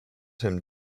him